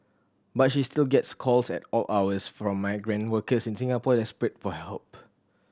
but she still gets calls at all hours from migrant workers in Singapore desperate for help